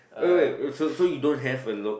wait wait so so you don't have a low